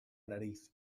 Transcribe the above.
nariz